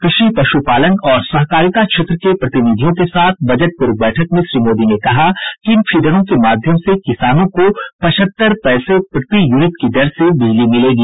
कृषि पशुपालन और सहकारिता क्षेत्र के प्रतिनिधियों के साथ बजट पूर्व बैठक में श्री मोदी ने कहा कि इन फीडरों के माध्यम से किसानों को पचहत्तर पैसे प्रति यूनिट की दर से बिजली मिलेगी